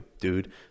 dude